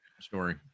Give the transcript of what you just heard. story